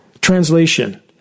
Translation